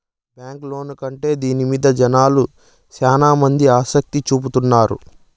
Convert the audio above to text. bank loan కంటే దీని మీద జనాలు శ్యానా మంది ఆసక్తి చూపుతున్నారు